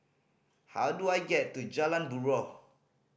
how do I get to Jalan Buroh